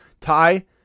Ty